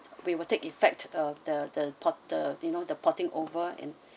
we will take effect uh the the po~ the you know the porting over and